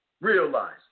realize